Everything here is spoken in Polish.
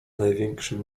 największym